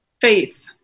faith